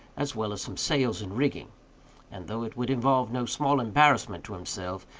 as well as some sails and rigging and, though it would involve no small embarrassment to himself,